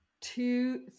two